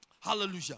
Hallelujah